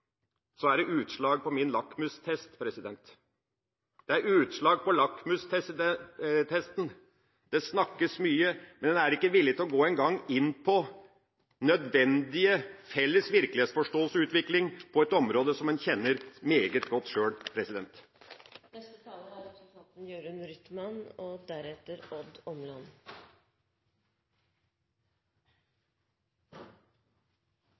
er det et utslag på lakmustesten. Det snakkes mye, men en er ikke engang villig til å gå inn på nødvendig felles virkelighetsforståelse og utvikling på et område som en kjenner meget godt sjøl. Jeg hadde egentlig ikke tenkt å forlenge debatten, men jeg kan jo ikke unngå å kommentere representanten